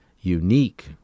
unique